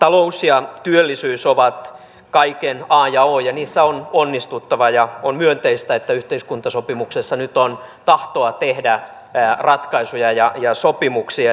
talous ja työllisyys ovat kaiken a ja o ja niissä on onnistuttava ja on myönteistä että yhteiskuntasopimuksessa nyt on tahtoa tehdä ratkaisuja ja sopimuksia